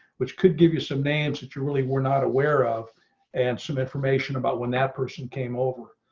which could give you some names that you really were not aware of and some information about when that person came over.